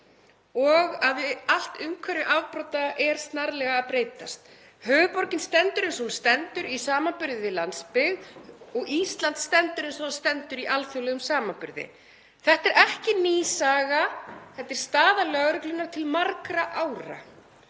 og að allt umhverfi afbrota er snarlega að breytast. Höfuðborgin stendur eins og hún stendur í samanburði við landsbyggð og Ísland stendur eins og það stendur í alþjóðlegum samanburði. Þetta er ekki ný saga. Þetta er staða lögreglunnar til margra ára.